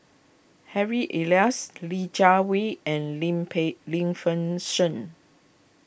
Harry Elias Li Jiawei and Lim Pei Lim Fei Shen